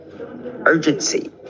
urgency